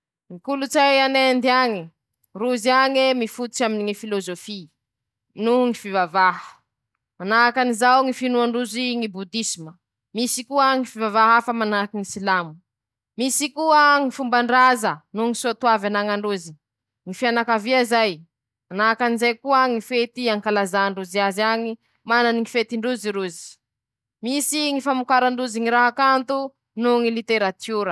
Manahaky anizao moa ñy kolotsay an'Italy añy e: -Rozy ao mañaja ñy lilin-draza ro magñatanterake ñy soa-toavy nengany ñy razan-drozy, taminy ñy taranaky afara ;añatiny zay ao ñy fañajà ñy fiarahamony; misy koa ñy raha kanto aminy ñy literatiora, ataon-drozy aminy ñy lilin-drazan-drozy, ñy fanaovan-drozy ñy Théatre zay ;misy koa ñy fety, ankalazan-drozy ao, ataon-drozy ñy lile napetrakiny ñy razan-drozy.